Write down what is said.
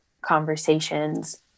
conversations